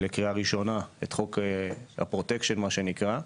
לקריאה ראשונה את 'חוק הפרוטקשן' מה שנקרא.